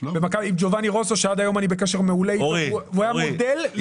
עם ג'ובאני רוסו שעד היום אני בקשר מעולה איתו והוא היה מודל למקצוענות.